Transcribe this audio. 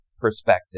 perspective